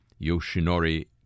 Yoshinori